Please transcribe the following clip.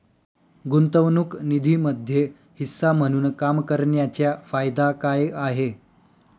गुंतवणूक निधीमध्ये हिस्सा म्हणून काम करण्याच्या फायदा काय आहे?